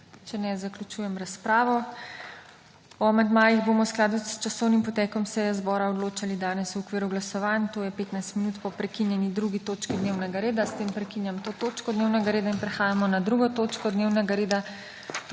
Če ne, zaključujem razpravo. O amandmajih bomo v skladu s časovnim potekom seje zbora odločali danes, v okviru glasovanj, to je 15 minut po prekinjeni 2. točki dnevnega reda. S tem prekinjam to točko dnevnega reda. Prehajamo na **2. TOČKO DNEVNEGA REDA